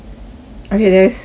okay there's there